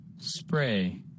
Spray